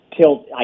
tilt